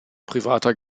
privater